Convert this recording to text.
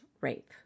rape